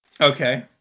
Okay